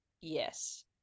yes